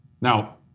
Now